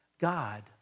God